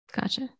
Gotcha